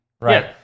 right